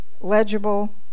legible